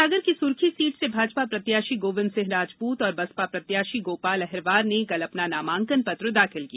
सागर की सुरखी सीट से भाजपा प्रत्याशी गोविंद सिंह राजपूत और बसपा प्रत्याशी गोपाल अहिरवार ने कल अपना नामांकन पत्र दाखिल किया